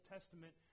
Testament